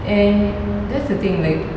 and that's the thing like